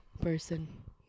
person